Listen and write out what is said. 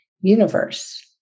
universe